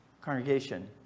Congregation